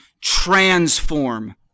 transform